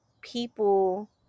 people